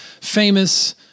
famous